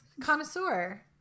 connoisseur